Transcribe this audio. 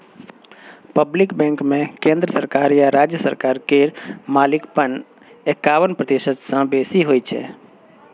public बैंकमे केंद्र सरकार या राज्य सरकार केर मालिकपन एकाबन प्रतिशत सँ बेसी होइ छै